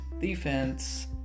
defense